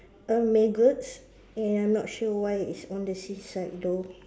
uh maggots and I'm not sure why it's on the seaside though